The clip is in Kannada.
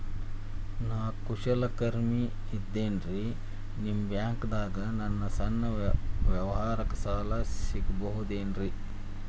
ನಾ ಕುಶಲಕರ್ಮಿ ಇದ್ದೇನ್ರಿ ನಿಮ್ಮ ಬ್ಯಾಂಕ್ ದಾಗ ನನ್ನ ಸಣ್ಣ ವ್ಯವಹಾರಕ್ಕ ಸಾಲ ಸಿಗಬಹುದೇನ್ರಿ?